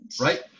right